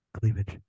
cleavage